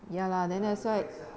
ya lah then that's why